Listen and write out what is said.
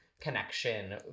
connection